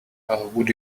would